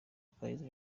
akayezu